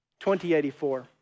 2084